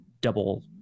double